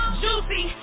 juicy